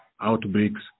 outbreaks